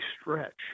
stretch